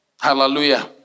Hallelujah